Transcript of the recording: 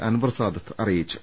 അൻവർ സാദത്ത് അറിയിച്ചു